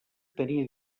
tenia